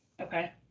Okay